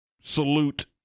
salute